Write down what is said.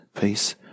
peace